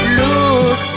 look